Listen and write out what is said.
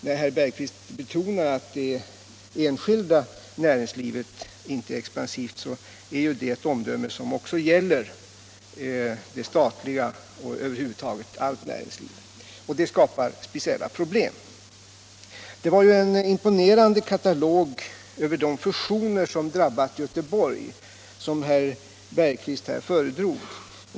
När herr Bergqvist betonar att det enskilda näringslivet inte är expansivt, så är ju det ett omdöme som också gäller det statliga och över huvud taget allt näringsliv, och det skapar speciella problem. Det var en imponerande katalog över de fusioner som drabbat Göteborg som herr Bergqvist här föredrog.